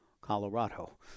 Colorado